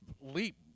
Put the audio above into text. leap